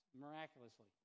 miraculously